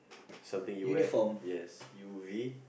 something you wear yes U V